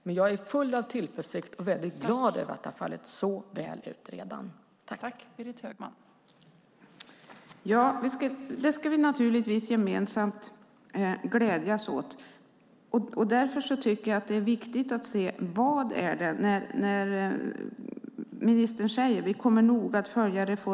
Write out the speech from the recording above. Men jag är full av tillförsikt och glad över att det redan har fallit så väl ut.